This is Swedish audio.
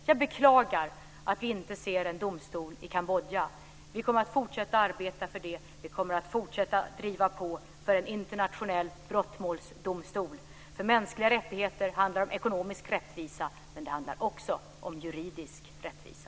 Jag beklagar att vi inte ser en domstol i Kambodja. Vi kommer att fortsätta att arbeta för det. Vi kommer att fortsätta att driva på för en internationell brottmålsdomstol. Mänskliga rättigheter handlar om ekonomisk rättvisa, men de handlar också om juridisk rättvisa.